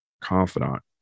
confidant